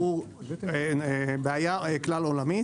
זו בעיה כלל עולמית.